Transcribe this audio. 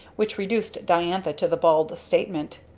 which reduced diantha to the bald statement,